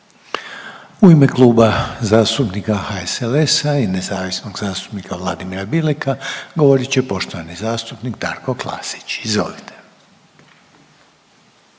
U ime Kluba zastupnika HSLS-a i nezavisnog zastupnika Vladimira Bileka govorit će poštovani zastupnik Darko Klasić. Izvolite.